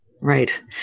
Right